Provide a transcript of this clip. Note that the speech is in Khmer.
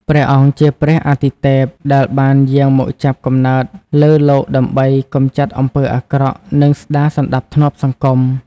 ព្រះអង្គជាព្រះអាទិទេព ដែលបានយាងមកចាប់កំណើតលើលោកដើម្បីកម្ចាត់អំពើអាក្រក់ និងស្ដារសណ្ដាប់ធ្នាប់សង្គម ។